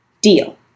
Deal